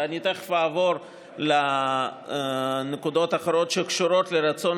ואני תכף אעבור לנקודות אחרות שקשורות לרצון